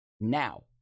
Now